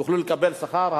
ויוכלו לקבל שכר,